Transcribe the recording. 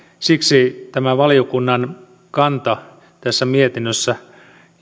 siksi tämä valiokunnan kanta tässä mietinnössä